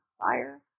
fire